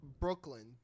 Brooklyn